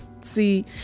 see